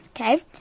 okay